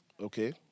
Okay